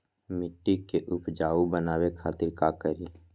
मिट्टी के उपजाऊ बनावे खातिर का करी?